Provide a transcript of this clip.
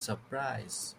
surprise